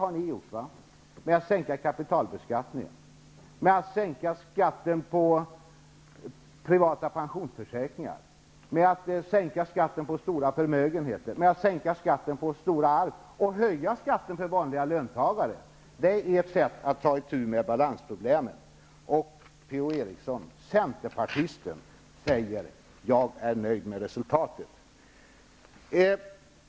Gör ni det genom att sänka kapitalbeskattningen, sänka skatten på privata pensionsförsäkringar, sänka skatten på stora förmögenheter, sänka skatten på stora arv och höja skatten för vanliga löntagare? Det är ert sätt att ta itu med balansproblemen. Per-Ola Eriksson, centerpartisten, säger: Jag är nöjd med resultatet.